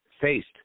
faced